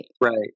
Right